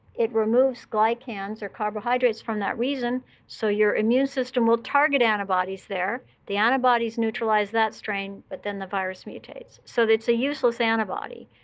it removes glycans or carbohydrates from that region, so your immune system will target antibodies there. the antibodies neutralize that strain, but then the virus mutates. so it's a useless antibody.